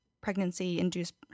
pregnancy-induced